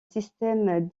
système